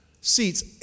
Seats